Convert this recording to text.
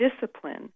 discipline